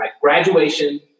graduation